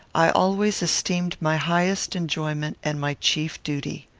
i always esteemed my highest enjoyment and my chief duty.